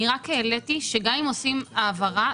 אני רק העליתי שגם אם עושים העברה,